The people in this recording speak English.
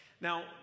Now